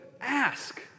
ask